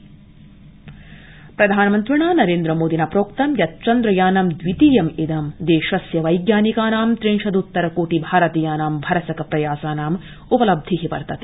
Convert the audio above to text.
प्रधानमन्त्री चन्द्रयानम् प्रधानमन्त्रिणा नरेन्द्रमोदिना प्रोक्तं यत ा चन्द्रयानं दवितीयं देशस्य वैज्ञानिकानां त्रिंशदुत्तर कोटि भारतीयानां भरसक प्रयासानाम उपलब्धि वर्तते